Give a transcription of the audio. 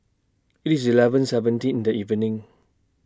IT IS eleven seventeen in The evening